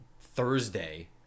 Thursday